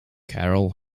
carol